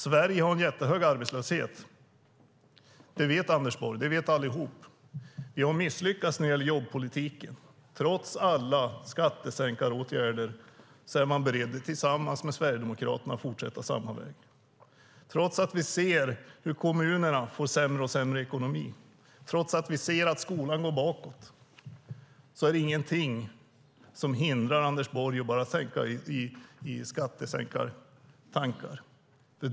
Sverige har en jättehög arbetslöshet. Det vet Anders Borg, och det vet vi allihop. Ni har misslyckats när det gäller jobbpolitiken. Trots alla skattesänkaråtgärder är man beredd att tillsammans med Sverigedemokraterna fortsätta samma väg. Trots att vi ser hur kommunerna får allt sämre ekonomi och trots att vi ser att skolresultaten blir allt sämre hindrar det inte Anders Borg från skattesänkartankar.